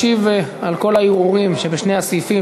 ישיב על כל הערעורים שבשני הסעיפים,